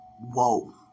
Whoa